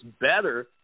better